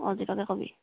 অঁ জিতকে ক'বি